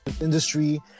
industry